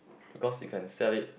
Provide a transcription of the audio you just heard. because you can sell it